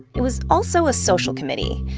it was also a social committee.